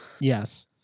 yes